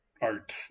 art